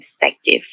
perspective